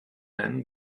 men